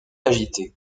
agité